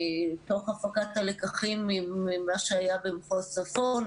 תוך הפקת הלקחים ממה שהיה במחוז צפון?